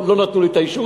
לא נתנו לי את האישורים,